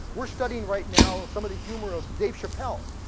we're studying right now some of the humor of dave chappelle.